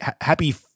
happy